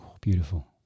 Beautiful